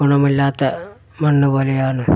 ഗുണമില്ലാത്ത മണ്ണു പോലെയാണ്